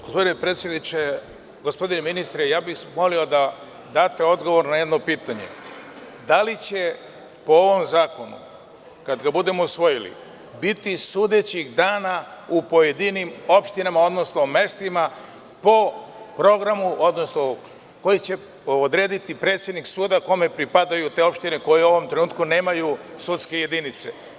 Gospodine predsedniče, gospodine ministre, molio bih da date odgovor na jedno pitanje – da li će po ovom zakonu, kada ga budemo usvojili, biti sudećih dana u pojedinim opštinama, odnosno mestima, po programu koji će odrediti predsednik suda kome pripadaju te opštine, koje u ovom trenutku nemaju sudske jedinice?